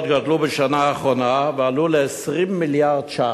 גדלו בשנה האחרונה ועלו ל-20 מיליארד ש"ח.